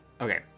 Okay